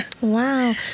Wow